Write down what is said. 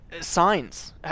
Signs